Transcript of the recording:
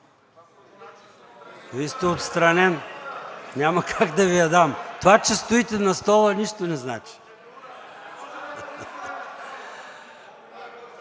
Вие сте отстранен, няма как да Ви я дам. Това, че стоите на стола, нищо не значи.